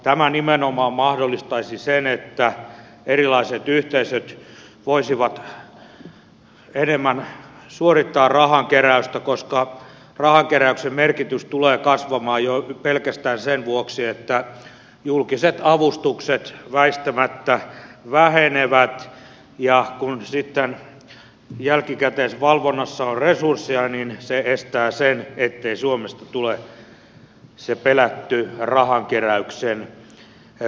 tämä nimenomaan mahdollistaisi sen että erilaiset yhteisöt voisivat enemmän suorittaa rahankeräystä koska rahankeräyksen merkitys tulee kasvamaan jo pelkästään sen vuoksi että julkiset avustukset väistämättä vähenevät ja kun sitten jälkikäteisvalvonnassa on resursseja niin se estää sen että suomesta tulisi se pelätty rahankeräyksen villi länsi